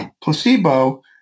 placebo